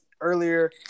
earlier